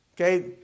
okay